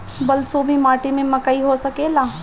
बलसूमी माटी में मकई हो सकेला?